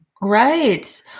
Right